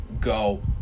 go